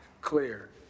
clear